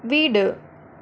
வீடு